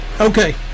Okay